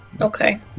okay